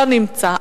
לא נמצא.